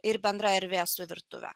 ir bendra erdvė su virtuve